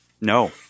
No